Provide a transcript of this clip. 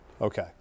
Okay